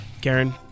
Karen